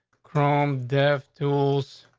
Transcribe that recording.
chrome, deaf tools.